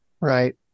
Right